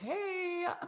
Hey